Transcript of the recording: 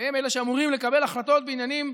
והם אלה שאמורים לקבל החלטות בעניינים,